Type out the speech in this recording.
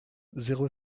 zéro